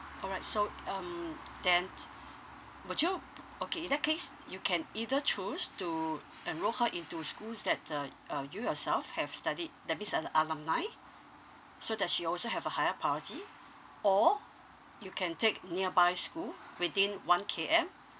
alright so um then would you okay in that case you can either choose to enrol her into schools that uh uh you yourself have studied that means a alumni so that she also have a higher priority or you can take nearby school within one K_M